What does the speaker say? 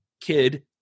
kid